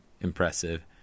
impressive